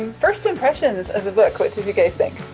um first impressions of the book. what did you guys think?